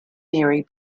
mary